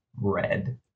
red